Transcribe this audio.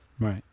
Right